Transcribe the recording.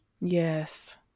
Yes